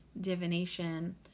divination